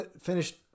finished